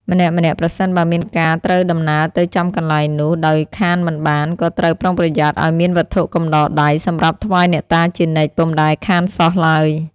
ម្នាក់ៗប្រសិនបើមានការត្រូវដំណើរទៅចំកន្លែងនោះ ដោយខានមិនបាន ក៏ត្រូវប្រុងប្រយ័ត្នឲ្យមានវត្ថុកំដរដៃ សម្រាប់ថ្វាយអ្នកតាជានិច្ច ពុំដែលខានសោះឡើយ ។